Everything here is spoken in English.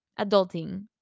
adulting